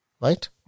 right